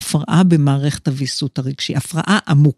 הפרעה במערכת הוויסות הרגשי, הפרעה עמוק.